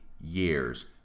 years